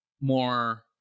more